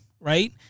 right